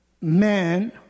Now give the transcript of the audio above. man